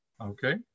Okay